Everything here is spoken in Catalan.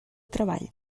treball